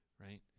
right